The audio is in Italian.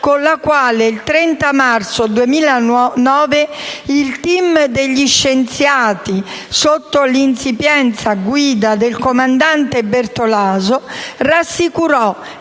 con la quale il 30 marzo 2009 il *team* degli scienziati, sotto l'insipiente guida del comandante Bertolaso, rassicurò